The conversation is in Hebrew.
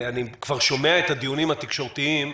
אני כבר שומע את הדיונים התקשורתיים,